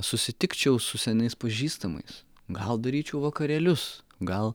susitikčiau su senais pažįstamais gal daryčiau vakarėlius gal